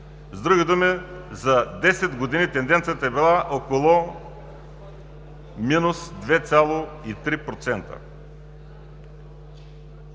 С други думи, за 10 години тенденцията е била около минус 2,3%.